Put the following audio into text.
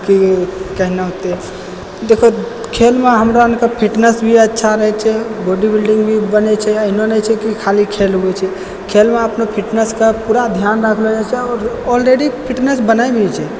की कहिना होतय देखहओ खेलमे हमरा आओर के फिटनेस भी अच्छा रहैत छै बॉडी बिल्डिंग भी बनैत छै एहनो नहि छै की खाली खेल होइत छै खेलमे अपनो फिटनेसके पूरा ध्यान राखलो जाइत छै आलरेडी फिटनेस बनय भी छै